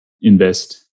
invest